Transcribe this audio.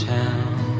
town